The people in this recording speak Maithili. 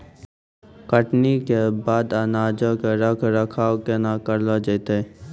कटनी के बाद अनाजो के रख रखाव केना करलो जैतै?